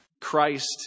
Christ